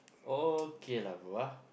okay lah bro